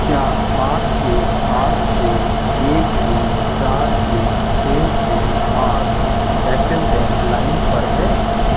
क्या आठ एक आठ छः एक शून्य चार एक छः छः आठ एक्सिस बैंक लाइम पर है